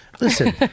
Listen